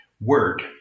word